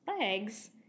legs